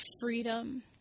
freedom